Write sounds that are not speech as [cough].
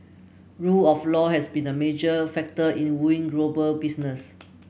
rule of law has been a major factor in wooing [unintelligible] business